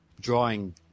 drawing